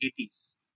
80s